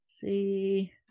see